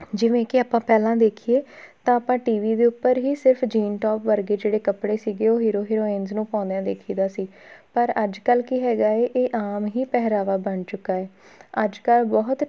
ਜਿਵੇਂ ਕਿ ਆਪਾਂ ਪਹਿਲਾਂ ਦੇਖੀਏ ਤਾਂ ਆਪਾਂ ਟੀ ਵੀ ਦੇ ਉੱਪਰ ਹੀ ਸਿਰਫ਼ ਜੀਨ ਟੋਪ ਵਰਗੇ ਜਿਹੜੇ ਕੱਪੜੇ ਸੀਗੇ ਉਹ ਹੀਰੋ ਹੀਰੋਇਨਜ਼ ਨੂੰ ਪਾਉਂਦਿਆਂ ਦੇਖੀ ਦਾ ਸੀ ਪਰ ਅੱਜ ਕੱਲ੍ਹ ਕੀ ਹੈਗਾ ਹੈ ਇਹ ਆਮ ਹੀ ਪਹਿਰਾਵਾ ਬਣ ਚੁੱਕਾ ਹੈ ਅੱਜ ਕੱਲ੍ਹ ਬਹੁਤ